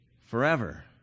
forever